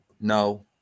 No